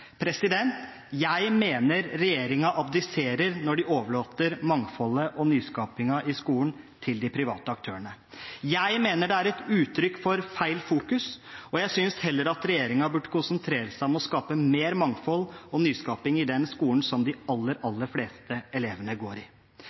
ideene. Jeg mener regjeringen abdiserer når den overlater mangfoldet og nyskapingen i skolen til de private aktørene. Jeg mener det er et uttrykk for feil fokus. Jeg synes heller at regjeringen burde konsentrere seg om å skape mer mangfold og nyskaping i den skolen som de aller, aller fleste elevene går i.